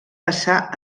passar